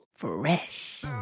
Fresh